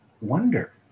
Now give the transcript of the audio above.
wonder